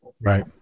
Right